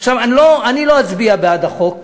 אני לא אצביע בעד החוק,